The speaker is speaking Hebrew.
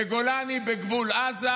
בגולני בגבול עזה